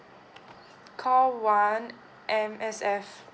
call one M_S_F